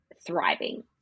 thriving